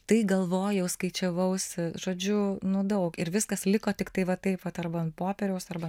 tai galvojau skaičiavausi žodžiu nu daug ir viskas liko tiktai va taip vat arba ant popieriaus arba